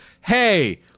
hey